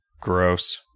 Gross